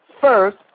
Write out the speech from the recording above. first